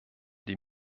die